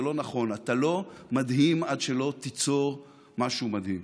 לא נכון: אתה לא מדהים עד שלא תיצור משהו מדהים,